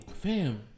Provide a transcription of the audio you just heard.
Fam